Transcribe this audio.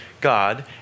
God